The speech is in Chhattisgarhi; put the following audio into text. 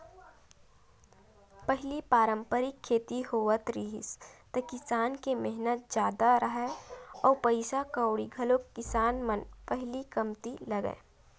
पहिली पारंपरिक खेती होवत रिहिस त किसान के मेहनत जादा राहय अउ पइसा कउड़ी घलोक किसान मन न पहिली कमती लगय